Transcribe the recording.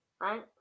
Right